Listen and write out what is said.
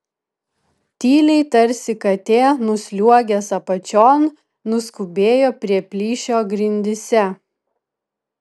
tyliai tarsi katė nusliuogęs apačion nuskubėjo prie plyšio grindyse